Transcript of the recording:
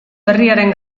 berriaren